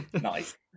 Nice